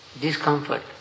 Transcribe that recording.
discomfort